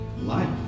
life